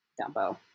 Dumbo